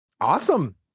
Awesome